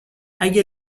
اگه